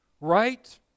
right